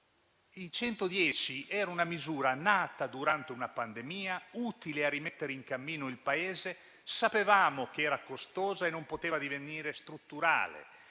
110 era una misura nata durante una pandemia, utile a rimettere in cammino il Paese; sapevamo che era costosa e che non poteva divenire strutturale;